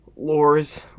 lores